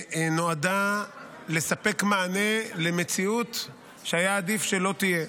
שנועדה לספק מענה למציאות שהיה עדיף שלא תהיה.